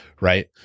right